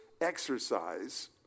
exercise